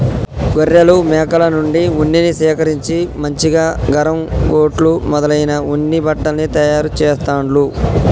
గొర్రెలు మేకల నుండి ఉన్నిని సేకరించి మంచిగా గరం కోట్లు మొదలైన ఉన్ని బట్టల్ని తయారు చెస్తాండ్లు